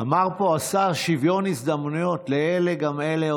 אמר פה השר: שוויון הזדמנויות לאלה גם אלה,